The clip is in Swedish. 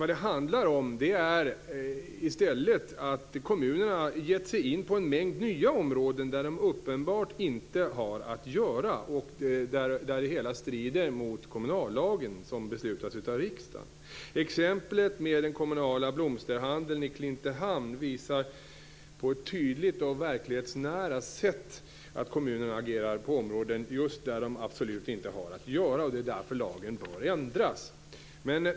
Det handlar i stället om att kommunerna gett sig in på en mängd nya områden där de uppenbarligen inte har att göra och där det hela strider mot den av riksdagen beslutade kommunallagen. Exemplet med den kommunala blomsterhandeln i Klintehamn visar på ett tydligt och verklighetsnära sätt att kommuner agerar på områden där de som sagt inte har att göra. Lagen bör därför ändras.